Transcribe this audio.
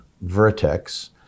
Vertex